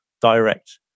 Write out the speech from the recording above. direct